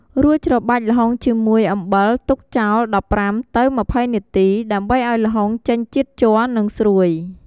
រួចច្របាច់ល្ហុងជាមួយអំបិល ទុកចោល ១៥-២០ នាទី ដើម្បីឲ្យល្ហុងចេញជាតិជ័រ និងស្រួយ។